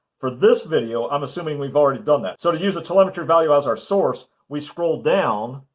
for this video, i'm assuming we've already done that. so, to use a telemetry value as our source, we scroll down.